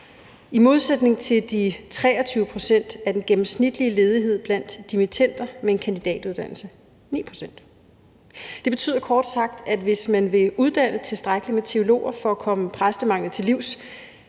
I modsætning til de 23 pct. er den gennemsnitlige ledighed blandt dimittender med en kandidatuddannelse 9 pct. Det betyder kort sagt, at hvis man vil uddanne tilstrækkelig med teologer for at komme præstemanglen til livs,